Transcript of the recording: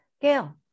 Gail